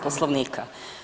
Poslovnika.